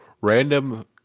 Random